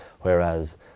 Whereas